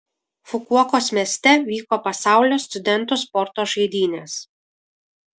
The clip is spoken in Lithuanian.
fukuokos mieste vyko pasaulio studentų sporto žaidynės